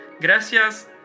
Gracias